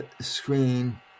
screen